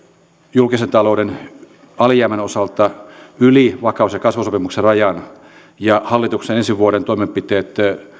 julkisen talouden alijäämän osalta yli vakaus ja kasvusopimuksen rajan ja hallituksen ensi vuoden toimenpiteet